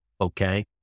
okay